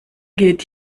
geht